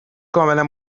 کاملا